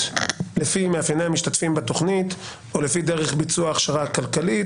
לפי מאפייני המשתתפים בתכנית או לפי דרך ביצוע ההכשרה הכלכלית,